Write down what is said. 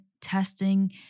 testing